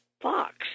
Fox